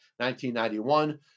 1991